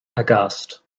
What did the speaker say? aghast